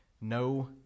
No